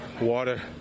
Water